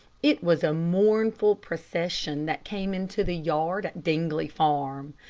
it was a mournful procession that came into the yard at dingley farm.